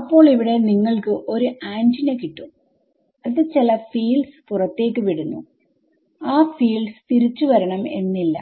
അപ്പോൾ ഇവിടെ നിങ്ങൾക്ക് ഒരു ആന്റിന കിട്ടുംഅത് ചില ഫീൽഡ്സ്പുറത്തേക്ക് വിടുന്നുആ ഫീൽഡ്സ് തിരിച്ചു വരണം എന്നില്ല